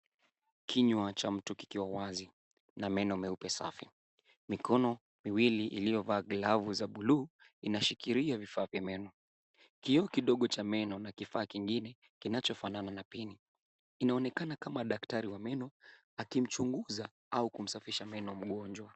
Kinywa cha mtu kikiwa wazi na meno meupe safi. Mikono miwili iliyovaa glavu za buluu inashikilia vifaa vya meno. Kioo kidogo cha meno na kifaa kingine kinachofanana na pini. Inaonekana kama daktari wa meno akimchunguza au kumsafisha meno mgonjwa.